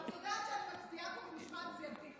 ואת יודעת שאת מצביעה פה במשמעת סיעתית.